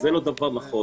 זה לא דבר נכון.